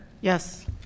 yes